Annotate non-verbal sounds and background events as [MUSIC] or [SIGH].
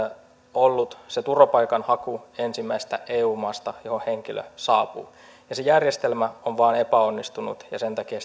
ollut turvapaikanhaku ensimmäisestä eu maasta johon henkilö saapuu se järjestelmä on vain epäonnistunut ja sen takia [UNINTELLIGIBLE]